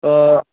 അപ്പോൾ